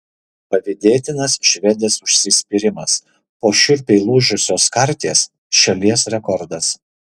pavydėtinas švedės užsispyrimas po šiurpiai lūžusios karties šalies rekordas